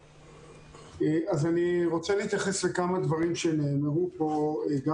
אני רוצה להתייחס לכמה דברים שנאמרו פה גם